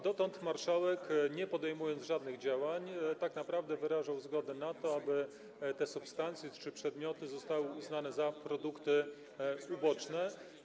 Dotąd marszałek, nie podejmując żadnych działań, tak naprawdę wyrażał zgodę na to, aby te substancje czy przedmioty zostały uznane za produkty uboczne.